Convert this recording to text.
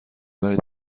برای